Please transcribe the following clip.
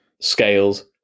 Scales